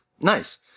Nice